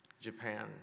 Japan